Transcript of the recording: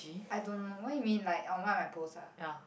I don't know what you mean like on what I post ah